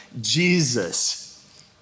Jesus